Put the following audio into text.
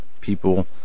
people